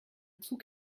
zug